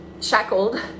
shackled